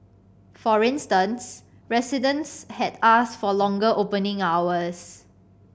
for instance residents had asked for longer opening hours